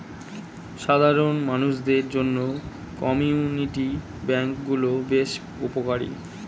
সাধারণ মানুষদের জন্য কমিউনিটি ব্যাঙ্ক গুলো বেশ উপকারী